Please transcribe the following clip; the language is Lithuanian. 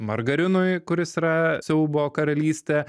margarinui kuris yra siaubo karalystė